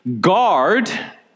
Guard